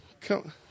Come